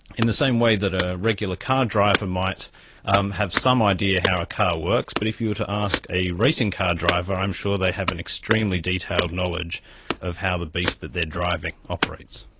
in the same way that a regular car driver might um have some idea how a car works, but if you were to ask a racing car driver, i'm sure they have an extremely detailed knowledge of how the beast that they are driving operates.